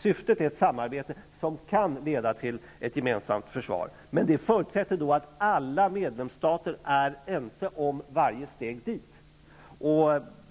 Syftet är ett samarbete som kan leda till ett gemensamt försvar. Men det förutsätter att alla medlemstater är ense om varje steg dit.